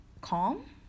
calm